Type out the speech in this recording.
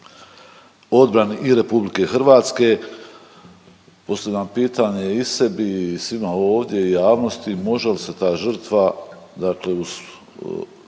odbrani i RH. Postavljam pitanje i sebi i svima ovdje i javnosti, može li se ta žrtva, dakle uz